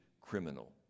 criminal